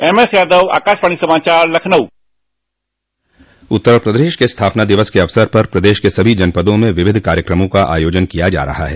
एमएसयादव आकाशवाणी समाचार लखनऊ उत्तर प्रदेश के स्थापना दिवस के अवसर पर प्रदेश के सभी जनपदों में विविध कार्यक्रमों का आयोजन किया जा रहा है